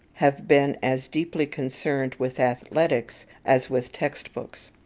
have been as deeply concerned with athletics as with text-books.